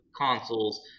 consoles